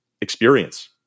experience